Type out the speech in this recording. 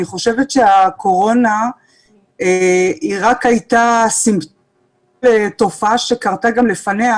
אני חושבת שהקורונה הייתה רק סימפטום לתופעה שקרתה גם לפניה,